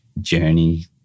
journey